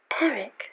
Eric